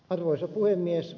arvoisa puhemies